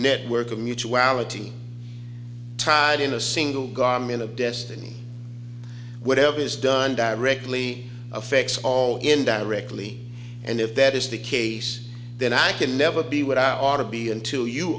network of mutuality tied in a single garment of destiny whatever is done directly affects all in directly and if that is the case then i can never be without ought to be until you